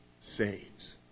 saves